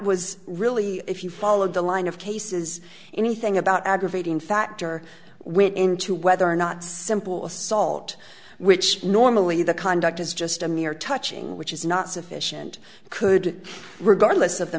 was really if you followed the line of cases anything about aggravating factor when into whether or not simple assault which normally the conduct is just a mere touching which is not sufficient could regardless of the